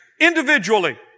individually